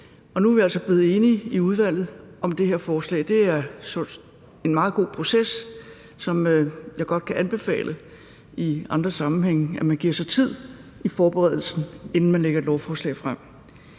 Nu er vi altså blevet enige i udvalget om det her forslag, og det har været en meget god proces, som jeg godt kan anbefale i andre sammenhænge, altså at man giver sig tid i forberedelsen, inden man lægger et lovforslag frem.